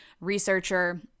researcher